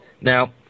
Now